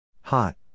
hot